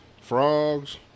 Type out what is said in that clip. frogs